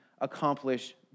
accomplish